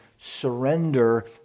surrender